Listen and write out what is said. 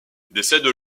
décède